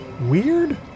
weird